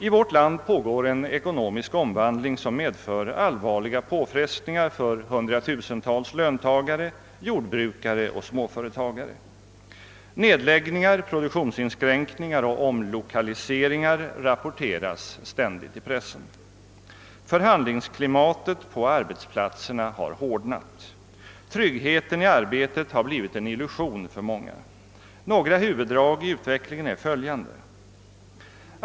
I vårt land pågår en ekonomisk omvandling som medför allvarliga påfrestningar för hundratusentals löntagare, jordbrukare och småföretagare. Nedläggningar, - produktionsinskränkningar och omlokaliseringar rapporteras ständigt i pressen. Förhandlingsklimatet på arbetsplatserna har hårdnat, och tryggheten i arbetet har blivit en illusion för många. Några huvuddrag i utvecklingen är följande.